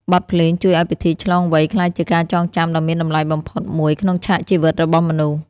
បទភ្លេងជួយឱ្យពិធីឆ្លងវ័យក្លាយជាការចងចាំដ៏មានតម្លៃបំផុតមួយក្នុងឆាកជីវិតរបស់មនុស្ស។